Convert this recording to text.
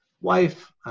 wife